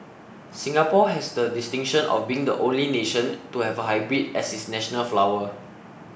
Singapore has the distinction of being the only nation to have a hybrid as its national flower